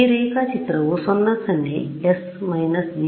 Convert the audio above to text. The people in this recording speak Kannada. ಈ ರೇಖಾ ಚಿತ್ರವು 0 0 ||s − GS Ux||2